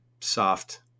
soft